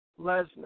Lesnar